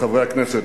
חברי הכנסת,